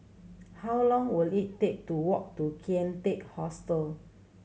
how long will it take to walk to Kian Teck Hostel